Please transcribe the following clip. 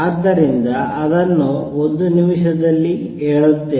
ಆದ್ದರಿಂದ ಅದನ್ನೂ ಒಂದು ನಿಮಿಷದಲ್ಲಿ ಹೇಳುತ್ತೇನೆ